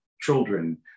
children